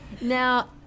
Now